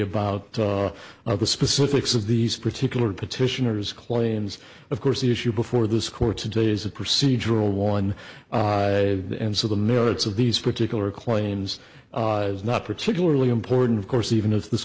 about one of the specifics of these particular petitioners claims of course the issue before this court today is a procedural one and so the merits of these particular claims not particularly important of course even if this